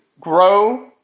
grow